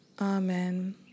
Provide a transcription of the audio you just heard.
Amen